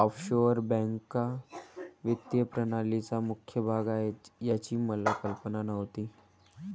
offshore बँका वित्तीय प्रणालीचा मुख्य भाग आहेत याची मला कल्पना नव्हती